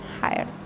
higher